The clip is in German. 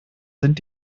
sind